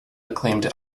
acclaimed